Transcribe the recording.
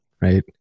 right